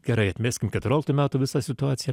gerai atmeskim keturioliktų metų visą situaciją